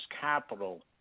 capital